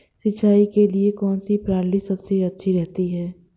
सिंचाई के लिए कौनसी प्रणाली सबसे अच्छी रहती है?